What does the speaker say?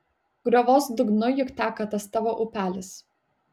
griovos dugnu juk teka tas tavo upelis